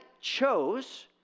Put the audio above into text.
chose